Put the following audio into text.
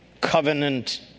covenant